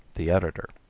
the editor.